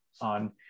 on